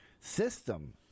system